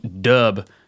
dub